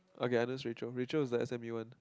okay I knows Rachel Rachel is the S_M_U one